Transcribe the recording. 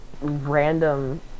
random